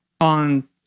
on